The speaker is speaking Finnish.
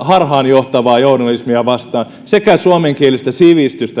harhaanjohtavaa journalismia vastaan sekä edistää suomenkielistä sivistystä